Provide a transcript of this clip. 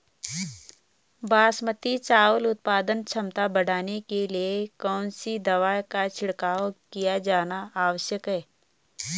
बासमती चावल की उत्पादन क्षमता बढ़ाने के लिए कौन सी दवा का छिड़काव किया जाना आवश्यक है?